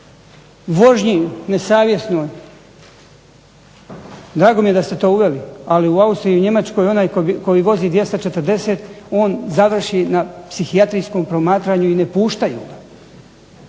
vožnji nesavjesnoj, drago mi je da ste to uveli, ali u Austriji i u Njemačkoj onaj koji vozi 240 on završi na psihijatrijskom promatranju i ne puštaju